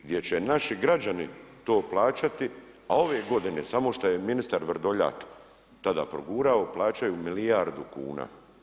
Gdje će naši građani to plaćati, a ove godine samo što je ministar Vrdoljak tada progurao, plaćaju milijardu kuna.